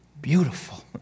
beautiful